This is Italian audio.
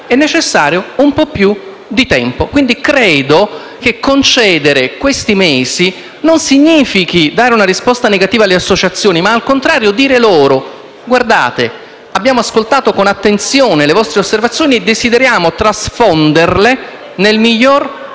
è necessario un po' più di tempo. Quindi, credo che concedere questi mesi non significhi dare una risposta negativa alle associazioni, ma al contrario significhi dire loro: abbiamo ascoltato con attenzione le vostre osservazioni e desideriamo trasfonderle nel migliore testo